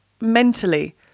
mentally